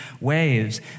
waves